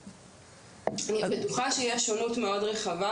אני בטוחה שיש שונות מאוד רחבה,